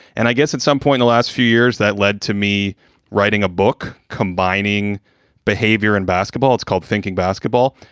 and i guess at some point the last few years that led to me writing a book combining behavior in basketball. it's called thinking basketball.